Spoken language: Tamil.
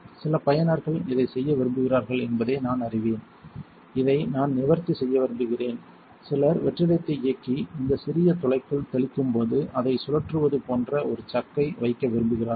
சில பயனர்கள் இதைச் செய்ய விரும்புகிறார்கள் என்பதை நான் அறிவேன் இதை நான் நிவர்த்தி செய்ய விரும்புகிறேன் சிலர் வெற்றிடத்தை இயக்கி இந்த சிறிய துளைக்குள் தெளிக்கும்போது அதை சுழற்றுவது போன்ற ஒரு சக்கை வைக்க விரும்புகிறார்கள்